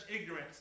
ignorance